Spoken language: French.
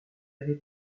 avez